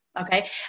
okay